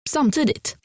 Samtidigt